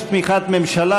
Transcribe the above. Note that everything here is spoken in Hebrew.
יש תמיכת ממשלה.